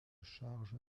charge